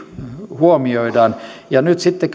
huomioidaan nyt sitten